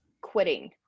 quitting